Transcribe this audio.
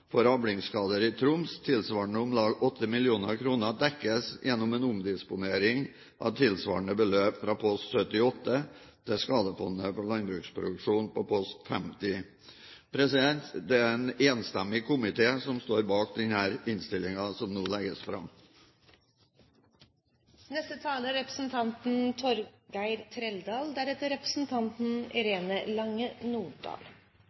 for avlingsskader i Troms, tilsvarende om lag 8 mill. kr, dekkes gjennom en omdisponering av tilsvarende beløp fra post 78 til Skadefondet for landbruksproduksjon på post 50. Det er en enstemmig komité som står bak den innstillingen som nå legges